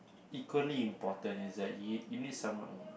equally important is that you~ you need someone oh